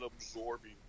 absorbing